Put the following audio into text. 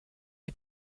est